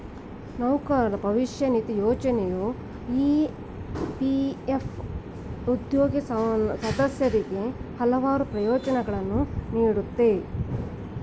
ನೌಕರರ ಭವಿಷ್ಯ ನಿಧಿ ಯೋಜ್ನೆಯು ಇ.ಪಿ.ಎಫ್ ಉದ್ಯೋಗಿ ಸದಸ್ಯರಿಗೆ ಹಲವಾರು ಪ್ರಯೋಜ್ನಗಳನ್ನ ನೀಡುತ್ತೆ